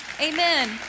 amen